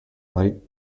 light